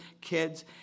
kids